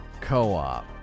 co-op